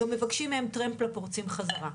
גם מבקשים מהם טרמפ לפורצים חזרה.